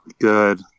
good